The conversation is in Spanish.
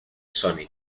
sony